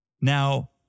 Now